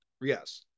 Yes